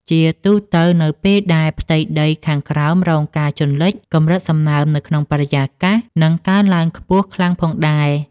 ជាទូទៅ នៅពេលដែលផ្ទៃដីខាងក្រោមរងការជន់លិច កម្រិតសំណើមនៅក្នុងបរិយាកាសនឹងកើនឡើងខ្ពស់ខ្លាំងផងដែរ។